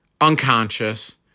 unconscious